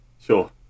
sure